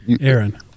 Aaron